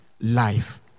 life